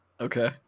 okay